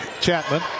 Chapman